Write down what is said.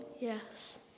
Yes